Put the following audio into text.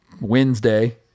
Wednesday